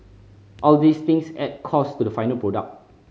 all these things add cost to the final product